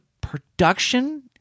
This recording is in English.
production